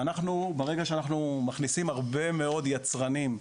ברגע שאנחנו מכניסים הרבה מאוד יצרנים,